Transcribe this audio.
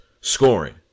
scoring